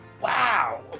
wow